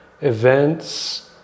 events